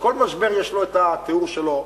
כל משבר יש לו התיאור שלו.